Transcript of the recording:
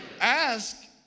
ask